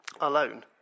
alone